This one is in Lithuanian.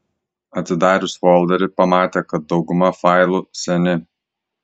atidarius folderį pamatė kad dauguma failų seni